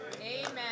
Amen